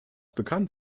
bekannt